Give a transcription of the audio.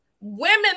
women